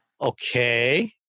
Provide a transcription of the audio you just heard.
Okay